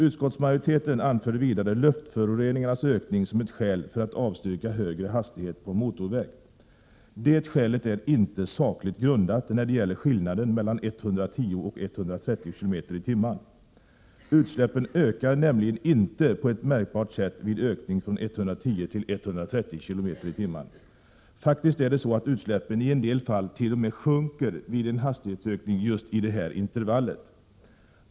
Utskottsmajoriteten anför vidare luftföroreningarnas ökning som ett skäl för att avstyrka högre hastighet på motorväg. Det skälet är inte sakligt grundat när det gäller skillnaden mellan 110 och 130 km tim. Faktiskt är det så att utsläppen i en del fall t.o.m. sjunker vid en hastighetsökning just i det här intervallet.